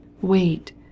Wait